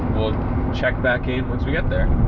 check back in once we get there!